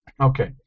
Okay